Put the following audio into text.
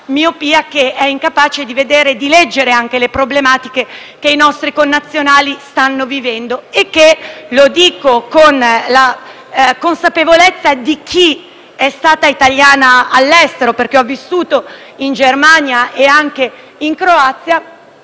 rende incapaci di vedere e leggere le problematiche che i nostri connazionali stanno vivendo. Lo dico con la consapevolezza di chi è stata italiana all'estero, perché ho vissuto in Germania e anche in Croazia